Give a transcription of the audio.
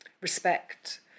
respect